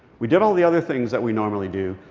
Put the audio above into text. we did all the other things that we normally do,